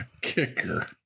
Kicker